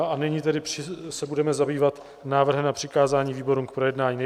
A nyní tedy se budeme zabývat návrhem na přikázání výborům k projednání.